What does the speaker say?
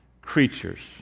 creatures